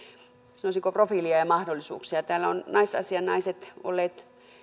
sanoisinko profiilia ja mahdollisuuksia täällä ovat naisasianaiset olleet